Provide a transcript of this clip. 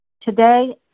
Today